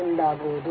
ಎಂದಾಗುವುದು